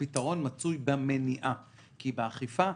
הפתרון מצוי במניעה כי באכיפה,